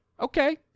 Okay